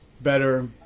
better